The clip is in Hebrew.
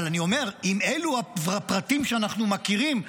אבל אני אומר, אם אלו הפרטים שאנחנו מכירים,